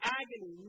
agony